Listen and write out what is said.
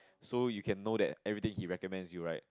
so you can know that everything he recommends you right